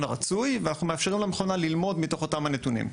הרצוי ואנחנו מאפשרים למכונה ללמוד מתוך אותם הנתונים.